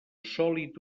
sòlid